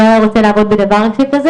אף אחד לא היה רוצה לעבוד במצב כזה.